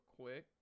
quick